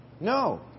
No